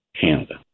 Canada